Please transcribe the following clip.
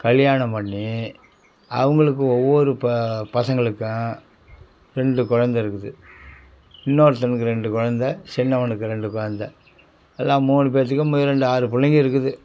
கல்யாணம் பண்ணி அவங்களுக்கு ஒவ்வொரு பசங்களுக்கும் ரெண்டு கொழந்தை இருக்குது இன்னொருத்தனுக்கு ரெண்டு கொழந்தை சின்னவனுக்கு ரெண்டு கொழந்தை எல்லா மூணு பேர்த்துக்குமே ரெண்டு ஆறு பிள்ளைங்க இருக்குது